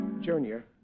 Junior